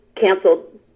canceled